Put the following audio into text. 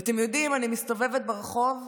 ואתם יודעים, אני מסתובבת ברחוב,